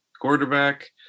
quarterback